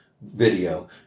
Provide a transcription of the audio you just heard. video